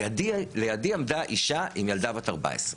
לידי עמדה אישה עם ילדה בת 14,